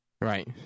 Right